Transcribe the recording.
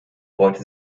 wollte